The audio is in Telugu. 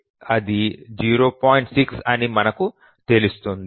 6 అని మనకు తెలుస్తుంది